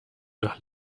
nach